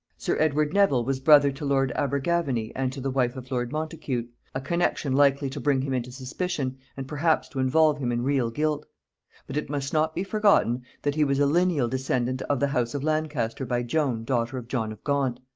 sir edward nevil was brother to lord abergavenny and to the wife of lord montacute a connection likely to bring him into suspicion, and perhaps to involve him in real guilt but it must not be forgotten that he was a lineal descendant of the house of lancaster by joan daughter of john of gaunt.